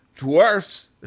Dwarfs